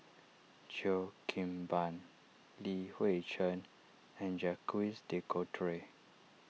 Cheo Kim Ban Li Hui Cheng and Jacques De Coutre